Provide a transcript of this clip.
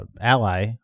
ally